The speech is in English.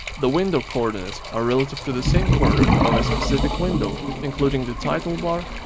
the window coordinates are relative to the same corner of a specific window, including the titlebar,